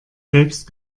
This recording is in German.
selbst